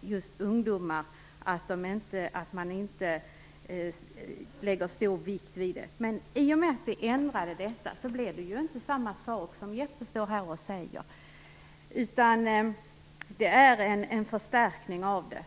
just i fall med unga lagöverträdare. Men i och med att vi ändrade texten, så står där nu inte samma sak som det Jeppe Johnsson här säger. Det har i stället blivit en förstärkning av texten.